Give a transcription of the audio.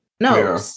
No